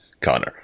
Connor